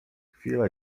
chwila